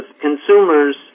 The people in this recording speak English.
consumers